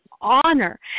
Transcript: honor